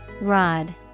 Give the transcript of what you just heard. Rod